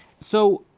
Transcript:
so,